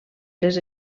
les